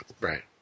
Right